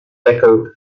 deco